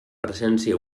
presència